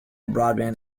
broadband